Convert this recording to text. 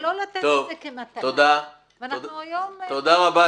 ולא לתת את זה כמתנה ואנחנו היום -- -שלנו,